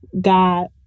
God